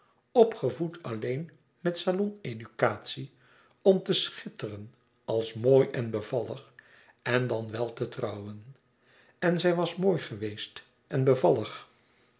opgevoed alleen met saloneducatie om te schitteren als mooi en bevallig en dan wel te trouwen en zij was mooi geweest en bevallig